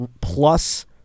plus